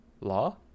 law